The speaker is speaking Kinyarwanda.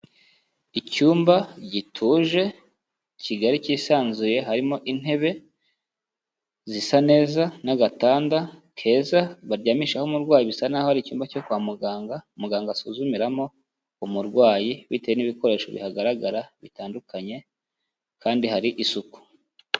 Icyumba gituje kigari, kisanzuye, harimo intebe zisa neza n'agatanda keza baryamishaho umurwayi, bisa naho ari icyumba cyo kwa muganga, muganga asuzumiramo umurwayi bitewe n'ibikoresho bihagaragara bitandukanye kandi hari isuku.